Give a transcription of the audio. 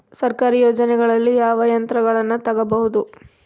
ಸರ್ಕಾರಿ ಯೋಜನೆಗಳಲ್ಲಿ ಯಾವ ಯಂತ್ರಗಳನ್ನ ತಗಬಹುದು?